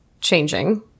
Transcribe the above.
changing